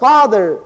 Father